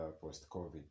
post-COVID